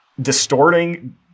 distorting